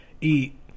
eat